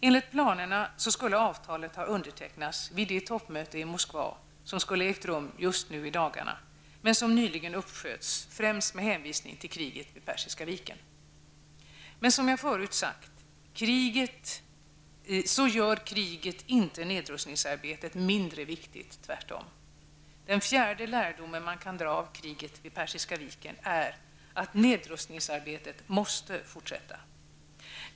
Enligt planerna skulle avtalet ha undertecknats vid det toppmöte i Moskva som skulle ha ägt rum just nu i dagarna, men som nyligen uppsköts främst med hänvisning till kriget vid Persiska viken. Men som jag förut sagt gör kriget inte nedrustningsarbetet mindre viktigt, tvärtom. Den fjärde lärdom som man kan dra av kriget vid Persiska viken är att nedrustningsarbetet måste fortsätta.